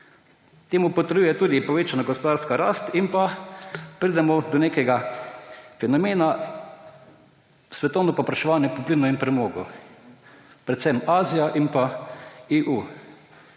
temu botruje tudi povečana gospodarska rast. In tako pridemo do nekega fenomena – svetovno povpraševanje po plinu in premogu, predvsem Azija in EU.